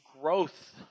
growth